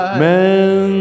men